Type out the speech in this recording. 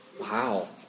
Wow